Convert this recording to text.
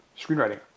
screenwriting